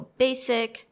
basic